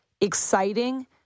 exciting